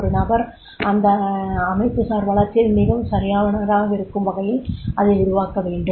ஒரு நபர் அந்த அமைப்புசார் வளர்ச்சியில் மிகவும் சரியானவராக இருக்கும் வகையில் அதை உருவாக்க வேண்டும்